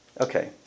Okay